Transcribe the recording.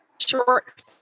short